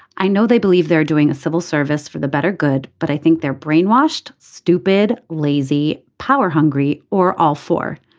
i know they believe they're doing a civil service for the better good. but i think they're brainwashed stupid lazy power hungry or all for.